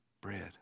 bread